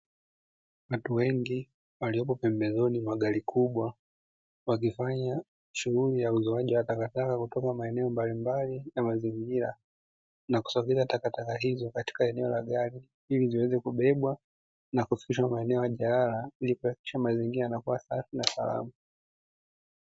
Watu wengi waliopo pembezoni mwa gari kubwa wakifanya shughuli ya uzoaji takataka kutoka maeneo mbalimbali ya mazingira na kusogeza takataka hizo katika eneo la gari ili ziweze kubebwa na kufikishwa maeneo ya majalala, Na kuhakikisha mazingira yanakua safi na salama.